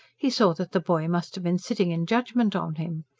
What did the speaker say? he saw that the boy must have been sitting in judgment on him,